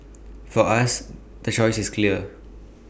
for us the choice is clear